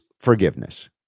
forgiveness